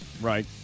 Right